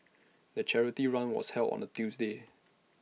the charity run was held on A Tuesday